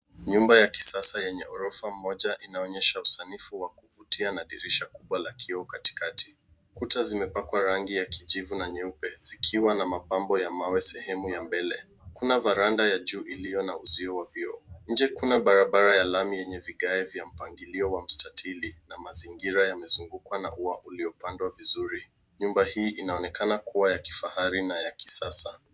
Nyumba ya kisasa yenye ghorofa moja inaonyesha usanifu wa kuvutia na dirisha kubwa la kioo katikati. Kuta zimepakwa rangi ya kijivu na nyeupe zikiwa na mapambo ya mawe sehemu ya mbele. Kuna varanda ya juu iliyo na uzio wa vioo. Nje kuna barabara ya lami yenye vigae vya mpangilio wa mustatiri na mazingira yamezungukwa na ua uliopandwa vizuri. Nyumba hii inaonekana kuwa ya kifahari na ya kisasa.